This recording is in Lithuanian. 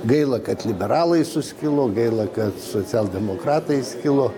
gaila kad liberalai suskilo gaila kad socialdemokratai skilo